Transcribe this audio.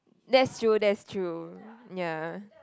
that's true that's true ya